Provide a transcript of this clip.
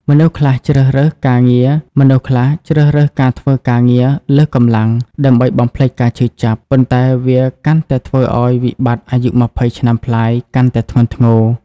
មនុស្សខ្លះជ្រើសរើសការធ្វើការងារលើសកម្លាំង ដើម្បីបំភ្លេចការឈឺចាប់ ប៉ុន្តែវាកាន់តែធ្វើឱ្យវិបត្តិអាយុ២០ ឆ្នាំប្លាយកាន់តែធ្ងន់ធ្ងរ។